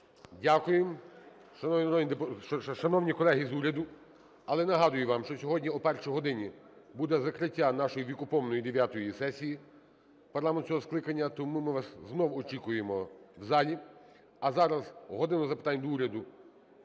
Дякую, шановні колеги з уряду. Але нагадую вам, що сьогодні о першій годині буде закриття нашої вікопомної дев'ятої сесії парламенту цього скликання, тому ми вас знову очікуємо в залі. А зараз "годину запитань до Уряду"